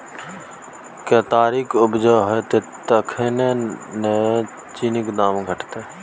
केतारीक उपजा हेतै तखने न चीनीक दाम घटतै